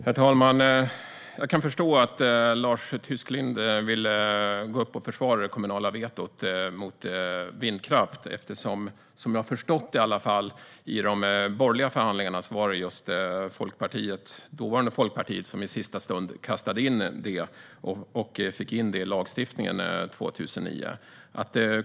Herr talman! Jag kan förstå att Lars Tysklind ville gå upp och försvara det kommunala vetot mot vindkraft. Som jag har förstått det var det just dåvarande Folkpartiet som i de borgerliga förhandlingarna i sista stund kastade in att kommunerna alltid ska kunna säga nej till vindkraftsetableringar och som fick in det i lagstiftningen 2009.